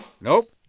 Nope